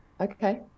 Okay